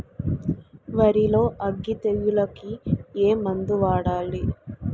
వరిలో అగ్గి తెగులకి ఏ మందు వాడాలి?